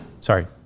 Sorry